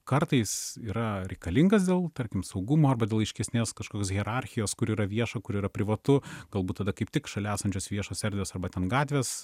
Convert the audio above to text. kartais yra reikalingas dėl tarkim saugumo arba dėl aiškesnės kažkoks hierarchijos kur yra vieša kur yra privatu galbūt tada kaip tik šalia esančios viešos erdvės arba ten gatvės